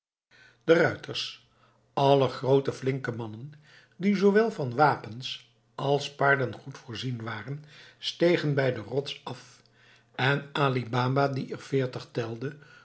de ruiters allen groote en flinke mannen die zoowel van wapens als paarden goed voorzien waren stegen bij de rots af en ali baba die er veertig telde